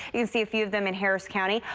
you can see a few of them in harris county.